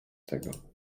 tego